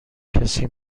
کسی